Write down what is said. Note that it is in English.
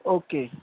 okay